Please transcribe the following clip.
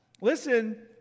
Listen